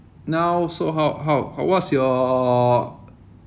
now so how how how what's your